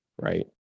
right